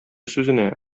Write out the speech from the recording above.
сүзенә